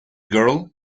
girl